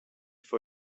for